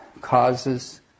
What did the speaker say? causes